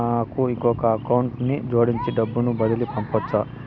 నాకు ఇంకొక అకౌంట్ ని జోడించి డబ్బును బదిలీ పంపొచ్చా?